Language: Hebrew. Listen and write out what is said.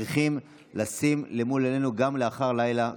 צריכים לשים למול עינינו גם לאחר לילה כזה.